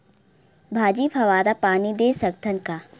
भाजी फवारा पानी दे सकथन का?